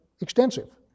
extensive